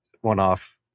one-off